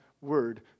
word